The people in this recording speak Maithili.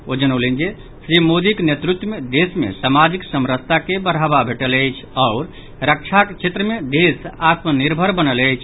ओ जनौलनि जे श्री मोदीक नेतृत्व मे देश मे सामाजिक समरसता के बढ़ावा भेटल अछि आओर रक्षाक क्षेत्र मे देश आत्मनिर्भर बनल अछि